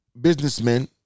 businessmen